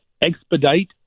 expedite